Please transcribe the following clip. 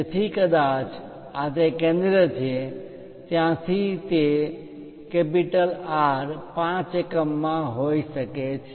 તેથી કદાચ આ તે કેન્દ્ર છે ત્યાંથી તે R5 એકમ માં હોઈ શકે છે